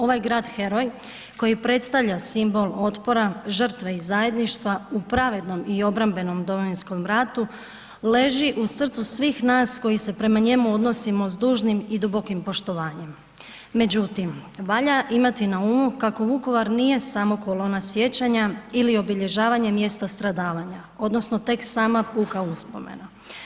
Ovaj grad heroj koji predstavlja simbol otpora, žrtve i zajedništva u pravednom i obrambenom Domovinskom ratu, leži u srcu svih nas koji se prema njemu odnosimo s dužnim i dubokim poštovanjem međutim valja imati na umu kako Vukovar nije samo kolona sjećanja ili obilježavanje mjesta stradavanje odnosno tek sama puka uspomena.